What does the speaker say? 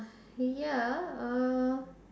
ya uh